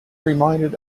reminded